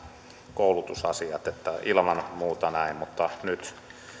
koulutusasiat ilman muuta näin mutta nyt